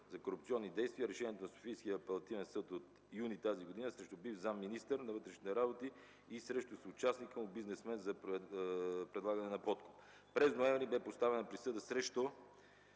за корупционни действия е решението на Софийския апелативен съд от месец юни тази година срещу бивш заместник-министър на вътрешните работи и срещу съучастника му бизнесмен за предлагане на подкуп. През месец ноември бе поставена присъда срещу